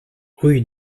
rue